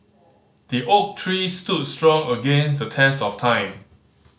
the oak tree stood strong against the test of time